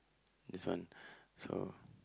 this one so